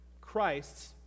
Christ's